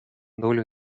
долю